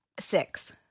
Six